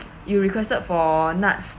you requested for nuts